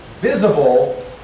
visible